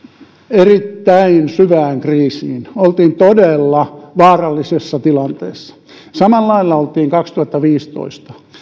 erittäin syvään kriisiin oltiin todella vaarallisessa tilanteessa samalla lailla oltiin kaksituhattaviisitoista